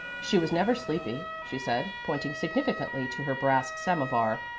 she was never sleepy, she said, pointing significantly to her brass samovar,